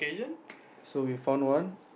so we found one